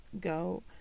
go